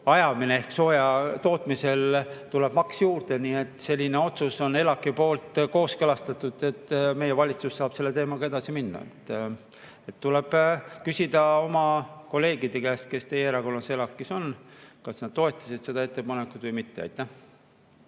ajamisel ehk soojatootmisel tuleb maks juurde. Selline otsus on ELAK-i poolt kooskõlastatud. Meie valitsus saab selle teemaga edasi minna. Tuleb küsida oma kolleegide käest, kes teie erakonnast ELAK-is on, kas nad toetasid seda ettepanekut või mitte.